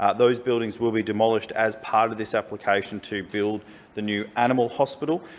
ah those buildings will be demolished as part of this application to build the new animal hospital.